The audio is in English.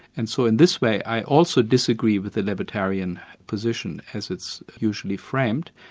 and so in this way, i also disagree with the libertarian position as it's usually framed.